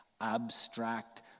abstract